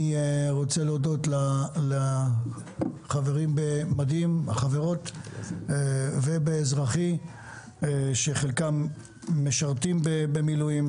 אני רוצה להודות לחברים ולחברות במדים ובאזרחי שחלקם משרתים במילואים